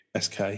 SK